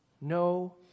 no